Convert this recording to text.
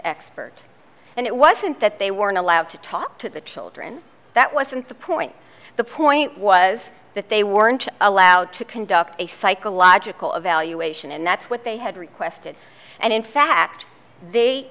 expert and it wasn't that they weren't allowed to talk to the children that wasn't the point the point was that they weren't allowed to conduct a psychological evaluation and that's what they had requested and in fact they